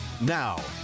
Now